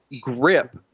grip